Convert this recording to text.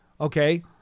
okay